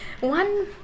One